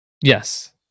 Yes